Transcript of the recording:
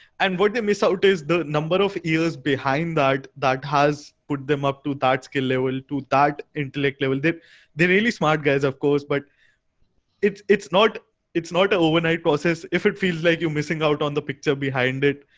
and what they miss out is the number of years behind that that has put them up to that skill level to that intellect level. they they're really smart guys, of course, but it's it's not it's not an overnight process if it feels like you're missing out on the picture behind it.